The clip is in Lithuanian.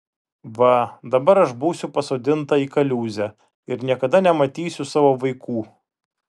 va dabar aš būsiu pasodinta į kaliūzę ir niekada nematysiu savo vaikų